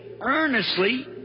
earnestly